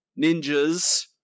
Ninjas